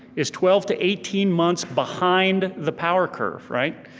is twelve to eighteen months behind the power curve, right?